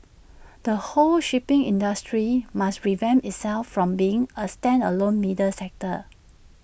the whole shipping industry must revamp itself from being A standalone middle sector